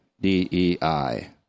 D-E-I